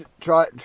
try